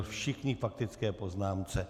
Všichni k faktické poznámce.